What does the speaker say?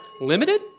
Limited